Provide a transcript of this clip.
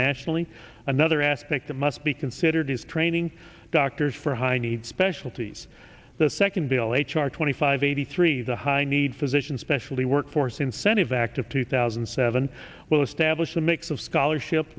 nationally another aspect that must be considered as training doctors for high needs specialties the second bill h r twenty five eighty three the high need physicians specially workforce incentive act of two thousand and seven well established a mix of scholarship